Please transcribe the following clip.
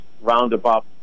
roundabout